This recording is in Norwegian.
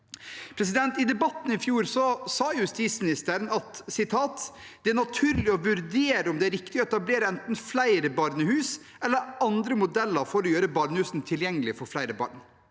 I debatten i fjor sa justisministeren: «Jeg mener det er naturlig å vurdere om det er riktig å etablere enten flere barnehus eller andre modeller for å gjøre barnehusene tilgjengelig for flere barn.»